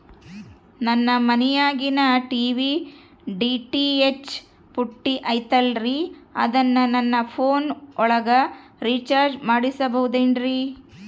ನಮ್ಮ ಮನಿಯಾಗಿನ TV DTH ಪುಟ್ಟಿ ಐತಲ್ರೇ ಅದನ್ನ ನನ್ನ ಪೋನ್ ಒಳಗ ರೇಚಾರ್ಜ ಮಾಡಸಿಬಹುದೇನ್ರಿ?